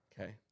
Okay